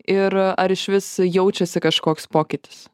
ir ar išvis jaučiasi kažkoks pokytis